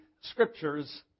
Scriptures